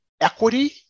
equity